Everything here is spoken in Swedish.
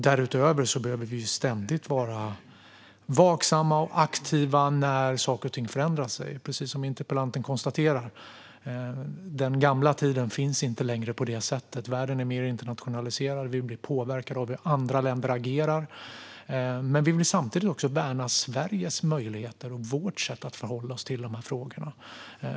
Därutöver behöver vi vara ständigt vaksamma och aktiva när saker och ting förändras. Precis som interpellanten konstaterar finns den gamla tiden inte längre; världen är mer internationaliserad, och vi blir påverkade av hur andra länder agerar. Vi vill dock samtidigt värna Sveriges möjligheter och vårt sätt att förhålla oss till frågan.